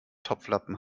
topflappen